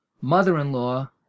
mother-in-law